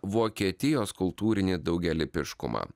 vokietijos kultūrinį daugialypiškumą